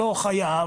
לא חייב,